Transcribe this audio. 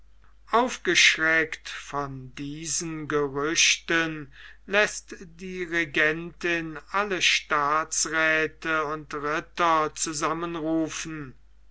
aufgeschreckt von diesen gerüchten läßt die regentin alle staatsräthe und ritter zusammenrufen